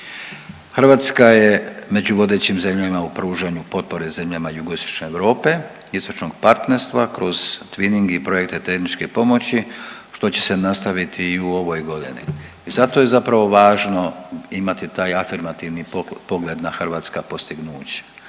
Hrvatska je među vodećim zemljama u pružanju potpore zemljama jugoistočne Europe, istočnog partnerstva kroz Twinning i projekte tehničke pomoći, što će se nastaviti i u ovoj godini i zato je zapravo važno imati taj afirmativni pogled na hrvatska postignuća.